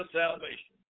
salvation